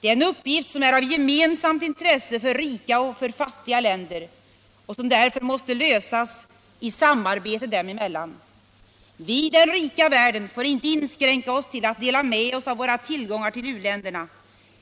Det är en uppgift som är av gemensamt intresse för rika och för fattiga länder och som därför måste lösas i samarbete dem: emellan. Vi i den rika världen får inte inskränka oss till att dela med oss av våra tillgångar till u-länderna.